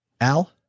al